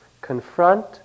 confront